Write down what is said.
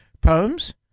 poems